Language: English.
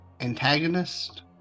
antagonist